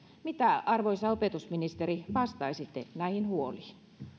mitä arvoisa opetusministeri vastaisitte näihin huoliin